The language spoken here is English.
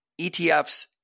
ETFs